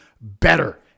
better